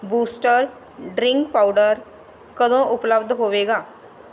boost drink powder ਕਦੋਂ ਉਪਲੱਬਧ ਹੋਵੇਗਾ